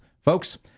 Folks